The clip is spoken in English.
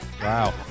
Wow